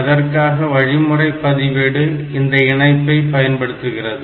அதற்காக வழிமுறை பதிவேடு இந்த இணைப்பை பயன்படுத்துகிறது